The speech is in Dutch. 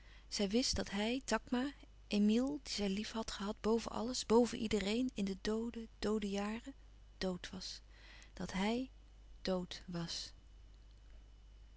zij wist dat hij takma emile dien zij lief had gehad boven alles boven iedereen in de doode doode jaren dood was dat hij dood was